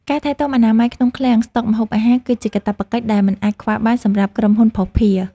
ការថែទាំអនាម័យក្នុងឃ្លាំងស្តុកម្ហូបអាហារ គឺជាកាតព្វកិច្ចដែលមិនអាចខ្វះបានសម្រាប់ក្រុមហ៊ុនភស្តុភារ។